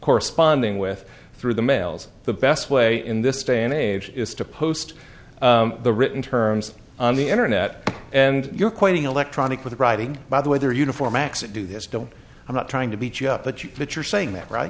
corresponding with through the mails the best way in this day and age is to post the written terms on the internet and you're quoting electronic with writing by the way their uniform do this don't i'm not trying to beat you up but you but you're saying that right